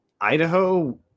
Idaho